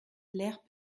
l’air